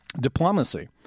diplomacy